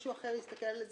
שמישהו אחר יסתכל על זה,